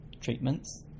treatments